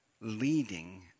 Leading